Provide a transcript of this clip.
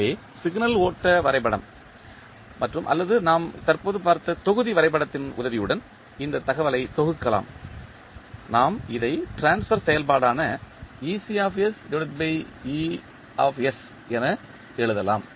எனவே சிக்னல் ஓட்ட வரைபடம் மற்றும் அல்லது நாம் தற்போது பார்த்த தொகுதி வரைபடத்தின் உதவியுடன் இந்த தகவலை தொகுக்கலாம் நாம் இதை ட்ரான்ஸ்பர் செயல்பாடான என எழுதலாம்